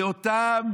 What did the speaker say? אלה אותם